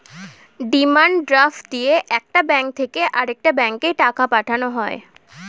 demand draft দিয়ে একটা bank থেকে আরেকটা ব্যাঙ্কে টাকা পাঠানো হয়